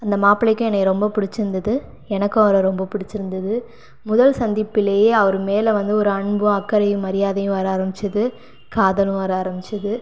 அந்த மாப்பிள்ளைக்கும் என்னை ரொம்ப பிடிச்சிருந்தது எனக்கும் அவரை ரொம்ப பிடிச்சிருந்தது முதல் சந்திப்பிலேயே அவர் மேல் வந்து ஒரு அன்பும் அக்கறையும் மரியாதையும் வர ஆரமித்தது காதலும் வர ஆரமித்தது